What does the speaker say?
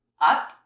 up